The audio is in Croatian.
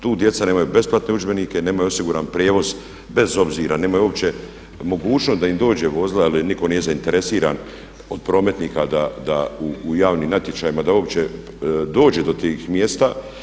Tu djeca nemaju besplatne udžbenike, nemaju osiguran prijevoz bez obzira, nemaju uopće mogućnost da im dođe vozilo jer nitko nije zainteresiran od prometnika u javnim natječajima da uopće dođe do tih mjesta.